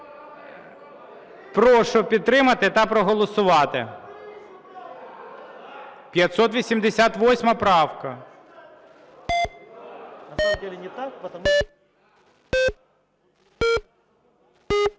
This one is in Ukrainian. Прошу підтримати та проголосувати. 588 правка.